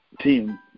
team